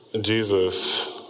Jesus